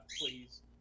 please